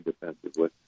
defensively